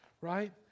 right